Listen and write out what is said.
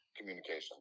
communication